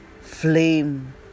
flame